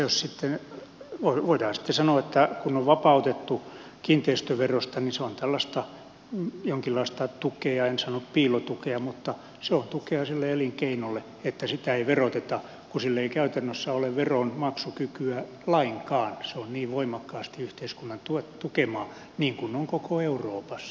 voidaan sitten sanoa että kun on vapautettu kiinteistöverosta niin se on tällaista jonkinlaista tukea en sano piilotukea mutta se on tukea sille elinkeinolle että sitä ei veroteta kun sillä ei käytännössä ole veronmaksukykyä lainkaan se on niin voimakkaasti yhteiskunnan tukemaa niin kuin on koko euroopassa